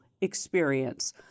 experience